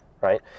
right